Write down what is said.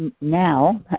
now